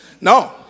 No